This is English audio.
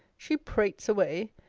she prates away.